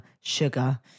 sugar